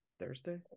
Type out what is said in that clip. thursday